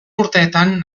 urteetan